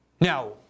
Now